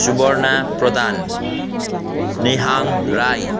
Suvarna Pradhan Nehang Rai